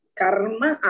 karma